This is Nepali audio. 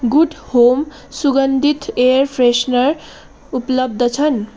गुड होम सुगन्धित एयर फ्रेसनर उपलब्ध छन्